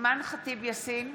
אימאן ח'טיב יאסין,